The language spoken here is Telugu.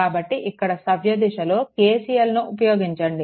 కాబట్టి ఇక్కడ సవ్య దిశలో KCL ను ఉపయోగించండి